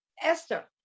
Esther